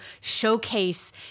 showcase